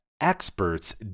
experts